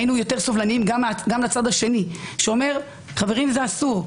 היינו יותר סובלניים מהצד השני שאומר: זה אסור,